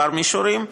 מישורים,